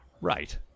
Right